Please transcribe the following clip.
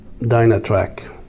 Dynatrack